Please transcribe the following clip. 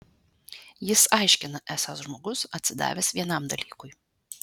jis aiškina esąs žmogus atsidavęs vienam dalykui